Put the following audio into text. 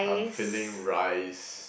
I'm feeling rice